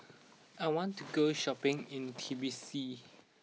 I want to go shopping in Tbilisi